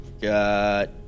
Got